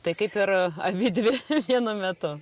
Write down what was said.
tai kaip ir abidvi vienu metu